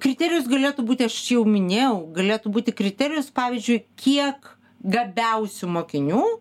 kriterijus galėtų būti aš jau minėjau galėtų būti kriterijus pavyzdžiui kiek gabiausių mokinių